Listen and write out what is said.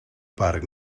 parc